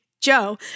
Joe